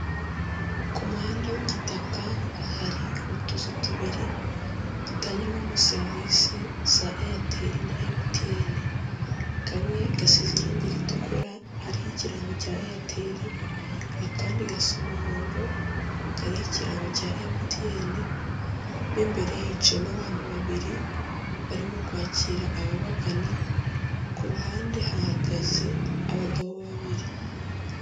Ku muhanda w'igitaka hari utuzu tubiri dutangirwamo serivise za Eyateri na Emutiyene. Kamwe gasize irange ritukura hariho ikirango cya Eyateri akandi gasa umuhondo kariho ikirango cya Emutiyene, mo imbere haciyemo abantu babiri barimo kwakira ababagana, ku ruhande hahagaze abagabo babiri.